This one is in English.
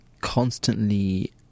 constantly